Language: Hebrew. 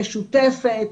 משותפת,